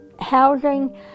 housing